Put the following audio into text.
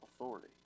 authority